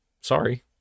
Sorry